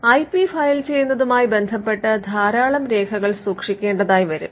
I P file ചെയ്യുന്നതുമായി ബന്ധപെട്ടു ധാരാളം രേഖകൾ സൂക്ഷിക്കേണ്ടതായിവരും